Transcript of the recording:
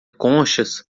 conchas